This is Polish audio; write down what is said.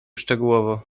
szczegółowo